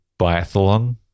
Biathlon